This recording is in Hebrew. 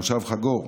מושב חגור,